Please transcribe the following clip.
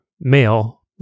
male